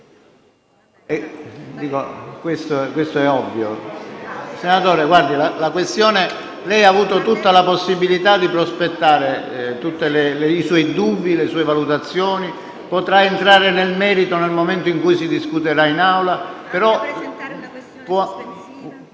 Senatore Lucidi, lei ha avuto tutta la possibilità di prospettare i suoi dubbi e le sue valutazioni. Potrà entrare nel merito nel momento in cui si discuterà in Aula,